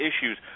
issues